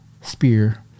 spear